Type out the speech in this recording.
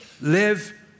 Live